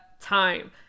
time